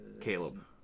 caleb